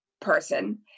person